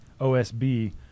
OSB